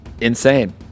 Insane